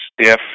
stiff